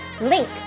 Link